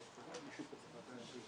בשעה 10:15.